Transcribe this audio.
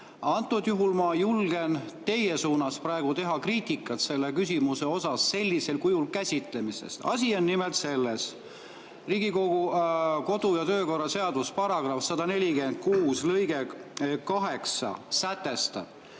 Antud juhul ma julgen teie suunas praegu teha kriitikat selle küsimuse sellisel kujul käsitlemises. Asi on nimelt selles. Riigikogu kodu- ja töökorra seaduse § 146 lõige 8 sätestab: